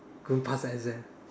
going past exam